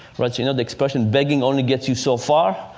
but you know the expression, begging only gets you so far.